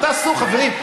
ותעשו, חברים.